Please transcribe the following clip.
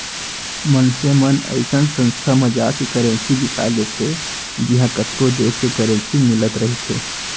मनसे मन अइसन संस्था म जाके करेंसी बिसा लेथे जिहॉं कतको देस के करेंसी मिलत रहिथे